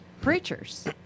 Preachers